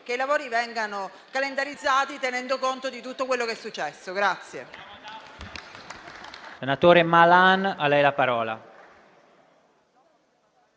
che i lavori vengano calendarizzati tenendo conto di tutto quello che è successo.